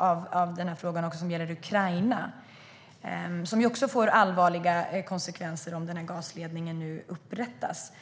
Det gäller Ukraina, som också kommer att drabbas av allvarliga konsekvenser om gasledningen upprättas.